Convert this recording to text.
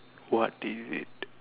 what is it